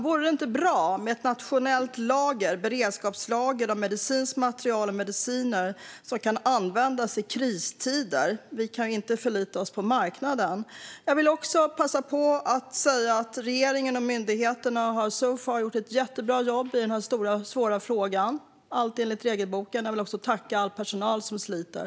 Vore det inte bra med ett nationellt beredskapslager av medicinsk materiel och mediciner som kan användas i kristider? Vi kan ju inte förlita oss på marknaden. Jag vill också passa på att säga att regeringen och myndigheterna so far har gjort ett jättebra jobb i den här stora och svåra frågan - allt enligt regelboken. Jag vill också tacka all personal som sliter.